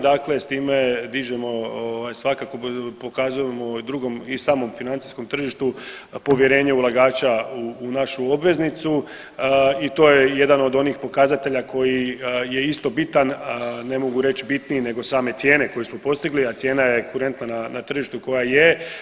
Dakle, s tim dižemo, pokazujemo i samom financijskom tržištu povjerenje ulagača u našu obveznicu i to je jedan od onih pokazatelja koji je isto bitan, ne mogu reći bitniji nego same cijene koje smo postigli, a cijena je kurentna na tržištu koja je.